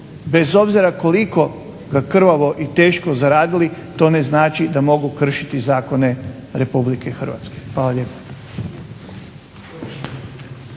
bez obzira koliko ga krvavo i teško zaradili to ne znači da mogu kršiti zakone RH. Hvala lijepo.